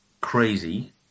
crazy